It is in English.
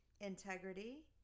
integrity